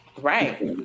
right